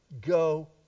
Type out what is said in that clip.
go